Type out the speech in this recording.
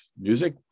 music